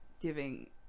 giving